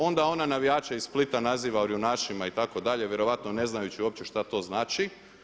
Onda ona navijače iz Splita naziva orjunašima itd. vjerojatno ne znajući uopće šta to znači.